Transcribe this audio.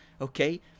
okay